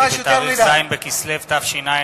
כי בז' בכסלו התש"ע,